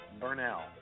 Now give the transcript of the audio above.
Burnell